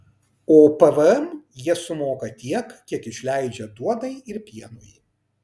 o pvm jie sumoka tiek kiek išleidžia duonai ir pienui